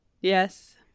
yes